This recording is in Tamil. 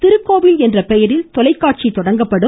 திருக்கோயில் என்ற பெயரில் தொலைக்காட்சி தொடங்கப்படும்